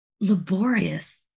laborious